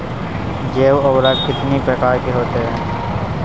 जैव उर्वरक कितनी प्रकार के होते हैं?